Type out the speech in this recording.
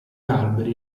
alberi